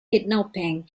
kidnapping